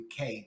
UK